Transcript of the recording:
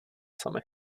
sami